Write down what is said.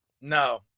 No